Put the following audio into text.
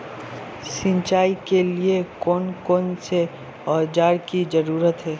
सिंचाई के लिए कौन कौन से औजार की जरूरत है?